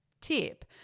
tip